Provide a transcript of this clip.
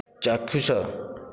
ଚାକ୍ଷୁଷ